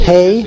Hey